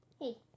Hey